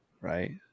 right